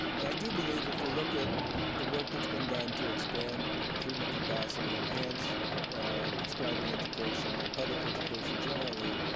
and i do believe if you look at the work that's been done to expand treatment capacity, enhance prescribing education and public education generally,